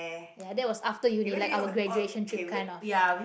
ya that was after uni life our graduation trip kinds of